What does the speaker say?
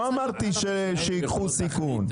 לא אמרתי שייקחו סיכון.